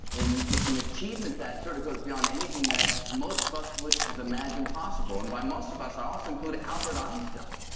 and it's an achievement that sort of goes beyond anything that most of us would have imagined possible. and by most of us i also include albert einstein. yeah